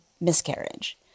miscarriage